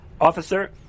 officer